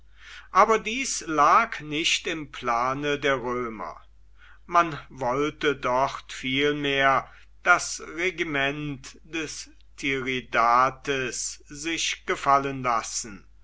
aber dies lag nicht im plane der römer man wollte dort vielmehr das regiment des tiridates sich gefallen lassen